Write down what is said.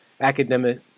academic